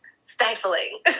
stifling